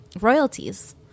royalties